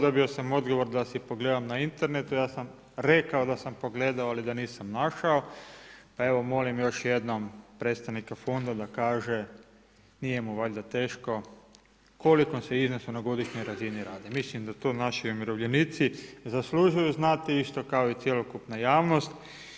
Dobio sam odgovor da si pogledam na internetu, ja sam rekao da sam pogledao ali da nisam našao, pa evo molim još jednom predstavnika fonda da kaže, nije mu valjda teško u kolikom se iznosu na godišnjoj razini radi. mislim da to naši umirovljenici zaslužuju znati isto kao i cjelokupna javnost.